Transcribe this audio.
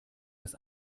das